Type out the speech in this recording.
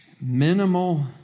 Minimal